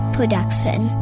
Production